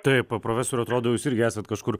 taip profesoriau atrodo jus irgi esat kažkur